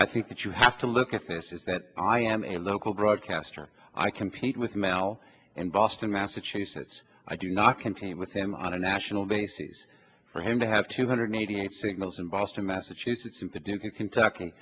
i think that you have to look at this is that i am a local broadcaster i compete with mel and boston massachusetts i do not continue with them on a national basis for him to have two hundred eighty eight signals in boston massachusetts in paducah kentucky